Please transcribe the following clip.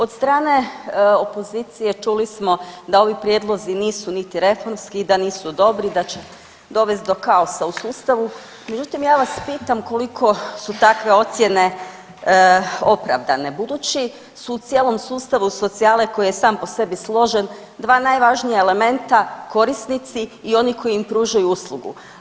Od strane opozicije čuli smo da ovi prijedlozi nisu niti reformski, da nisu dobri, da će dovest do kaosa u sustavu, međutim ja vas pitam koliko su takve ocjene opravdane, budući su u cijelom sustavu socijale koji je sam po sebi složen dva najvažnija elementa korisnici i oni koji im pružaju uslugu.